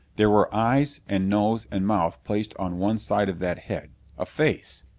there were eyes and nose and mouth placed on one side of that head a face!